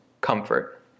Comfort